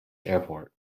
airport